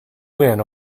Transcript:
win